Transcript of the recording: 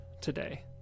today